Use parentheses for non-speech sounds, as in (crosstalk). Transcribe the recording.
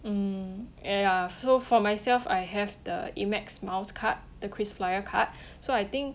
mm ya so for myself I have the amex miles card the krisflyer card (breath) so I think